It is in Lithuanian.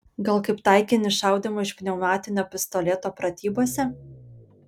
gal kaip taikinį šaudymo iš pneumatinio pistoleto pratybose